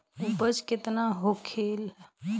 उपज केतना होखे?